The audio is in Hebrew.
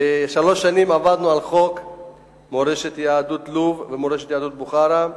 שלוש שנים עבדנו על חוק מורשת יהדות לוב ומורשת יהדות בוכרה,